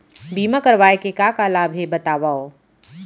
बीमा करवाय के का का लाभ हे बतावव?